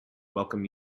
welcome